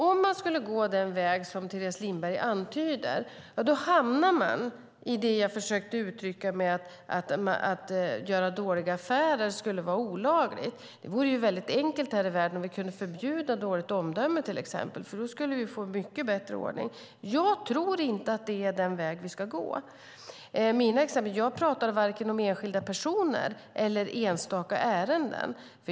Om man skulle gå den väg som Teres Lindberg antyder hamnar man i det jag försökte uttrycka med att det skulle vara olagligt att göra dåliga affärer. Det vore väldigt enkelt här i världen om vi kunde förbjuda till exempel dåligt omdöme. Då skulle vi få mycket bättre ordning. Jag tror inte att det är den väg vi ska gå. Jag pratade i mina exempel varken om enskilda personer eller enstaka ärenden.